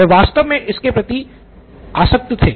वह वास्तव में इसके प्रति आसक्त थे